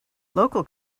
local